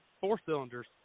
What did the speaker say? four-cylinders